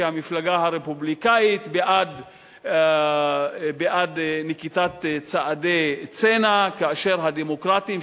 שהמפלגה הרפובליקנית בעד נקיטת צעדי צנע כאשר הדמוקרטים,